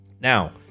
Now